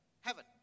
heaven